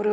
ஒரு